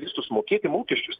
visus mokėti mokesčius